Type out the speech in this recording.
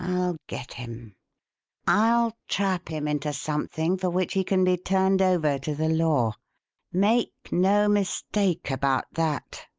i'll get him i'll trap him into something for which he can be turned over to the law make no mistake about that.